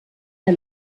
der